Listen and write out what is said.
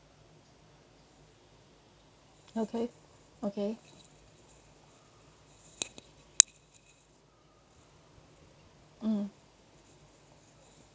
okay okay mm